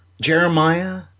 Jeremiah